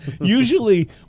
usually